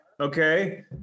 Okay